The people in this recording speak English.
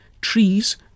trees